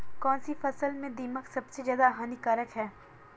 कौनसी फसल में दीमक सबसे ज्यादा हानिकारक है?